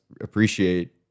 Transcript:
appreciate